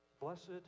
Blessed